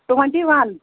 twenty one